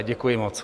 Děkuji moc.